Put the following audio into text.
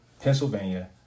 Pennsylvania